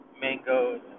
mangoes